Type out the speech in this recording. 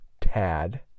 Tad